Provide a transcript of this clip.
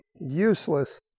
useless